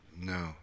No